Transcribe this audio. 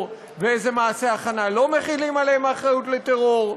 ועל איזה מעשה הכנה לא מחילים אחריות לטרור.